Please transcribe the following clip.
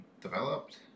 developed